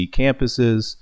campuses